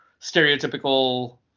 stereotypical